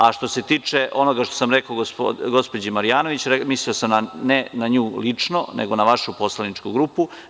A što se tiče onoga što sam rekao gospođi Marjanović, mislio sam ne na nju lično nego na vašu poslaničku grupu.